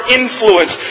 influence